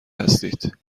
هستید